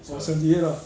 我 seventy eight lah